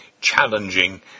challenging